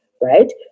right